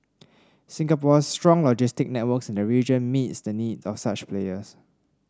Singapore's strong logistic networks in the region meet the needs of such players